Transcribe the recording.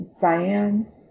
Diane